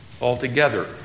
altogether